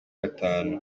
gatanu